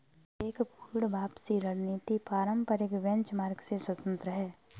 एक पूर्ण वापसी रणनीति पारंपरिक बेंचमार्क से स्वतंत्र हैं